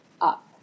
up